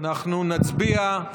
אנחנו נצביע.